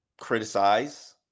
criticize